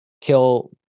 kill